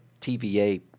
TVA